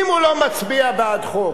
אם הוא לא מצביע בעד חוק,